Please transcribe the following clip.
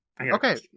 Okay